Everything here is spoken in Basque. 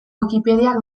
wikipediak